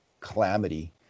calamity